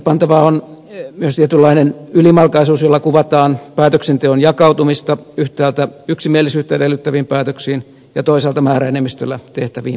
merkillepantavaa on myös tietynlainen ylimalkaisuus jolla kuvataan päätöksenteon jakautumista yhtäältä yksimielisyyttä edellyttäviin päätöksiin ja toisaalta määräenemmistöllä tehtäviin päätöksiin